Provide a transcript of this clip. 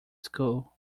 school